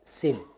sin